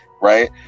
right